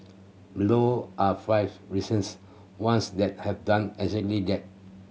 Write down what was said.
below are five ones that have done exactly that